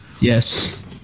Yes